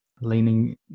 leaning